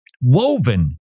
woven